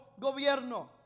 gobierno